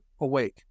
awake